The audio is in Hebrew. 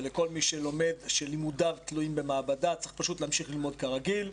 ולכל מי שלימודיו תלויים במעבדה צריך להמשיך ללמוד כרגיל,